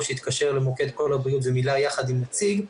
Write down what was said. או שהתקשר למוקד קול הבריאות ומילא יחד עם נציג,